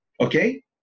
okay